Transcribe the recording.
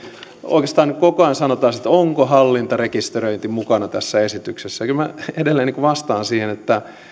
oikeastaan koko ajan kysytään onko hallintarekisteröinti mukana tässä esityksessä kyllä minä edelleen vastaan siihen että